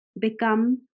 become